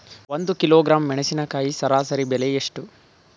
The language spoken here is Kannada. ಒಂದು ಕಿಲೋಗ್ರಾಂ ಮೆಣಸಿನಕಾಯಿ ಸರಾಸರಿ ಬೆಲೆ ಎಷ್ಟು?